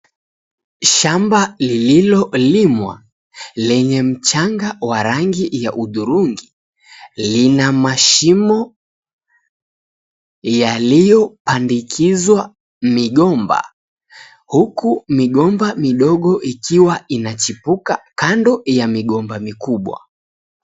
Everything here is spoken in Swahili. Shamba lililolimwa lenye mchanga wa rangi ya hudhurungi lina mashimo yaliyoandikizwa migomba huku migomba midogo ikiwa inachipuka kando ya migomba mikubwa.